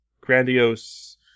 grandiose